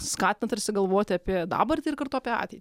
skatina tarsi galvoti apie dabartį ir kartu apie ateitį